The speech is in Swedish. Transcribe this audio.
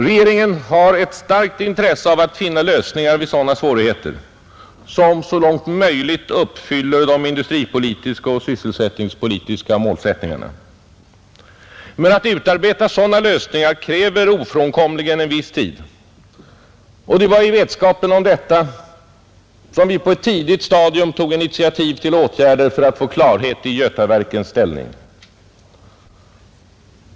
Regeringen har då ett starkt intresse av att finna lösningar som så långt möjligt uppfyller de industripolitiska och sysselsättningspolitiska målsättningarna. Men att utarbeta sådana lösningar kräver ofrånkomligen en viss tid. Det var därför som jag på ett tidigt stadium tog initiativ till åtgärder för att få klarhet i Götaverkens ställning.